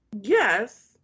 yes